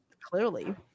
clearly